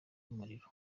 y’umuriro